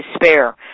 despair